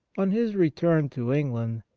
on his return to england,